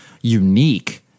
unique